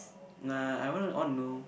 nah I want to all know